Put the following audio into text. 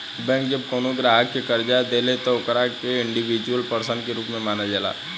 bank जब कवनो ग्राहक के कर्जा देले त ओकरा के इंडिविजुअल पर्सन के रूप में मानल जाला